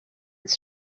its